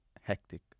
hectic